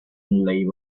label